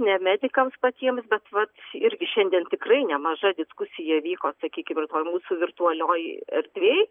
ne medikams patiems bet vat irgi šiandien tikrai nemaža diskusija vyko sakykim ir toj mūsų virtualioj erdvėj